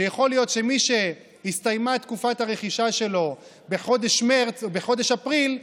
שיכול להיות שמי שהסתיימה תקופת הרכישה שלו בחודש מרץ או בחודש אפריל,